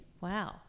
wow